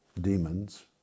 demons